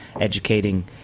educating